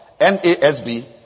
N-A-S-B